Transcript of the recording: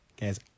guys